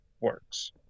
works